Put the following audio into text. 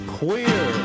queer